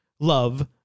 love